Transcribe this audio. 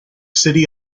city